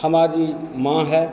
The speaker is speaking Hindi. हमारी माँ है